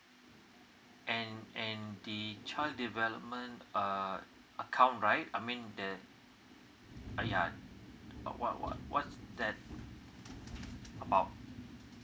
and and the child development uh account right I mean the ah yeah what what what's that about